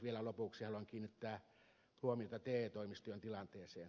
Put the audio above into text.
vielä lopuksi haluan kiinnittää huomiota te toimistojen tilanteeseen